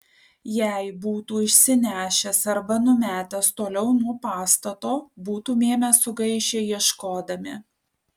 jei būtų išsinešęs arba numetęs toliau nuo pastato būtumėme sugaišę ieškodami